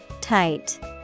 Tight